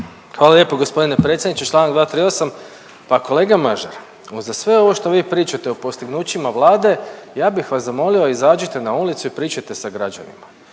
Hvala lijepo gospodine predsjedniče. Članak 238. Pa kolega Mažar, uza sve ovo što vi pričate o postignućima Vlade ja bih vas zamolio izađite na ulicu i pričajte sa građanima,